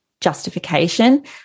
justification